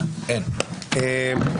הצבעה בעד, אין נגד, 8 נמנעים, אין לא אושרה.